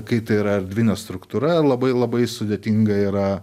kai tai yra erdvinė struktūra labai labai sudėtinga yra